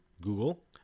Google